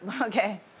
okay